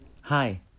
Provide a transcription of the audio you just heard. Hi